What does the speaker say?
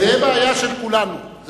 זאת בעיה של כולנו.